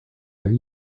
their